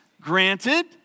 granted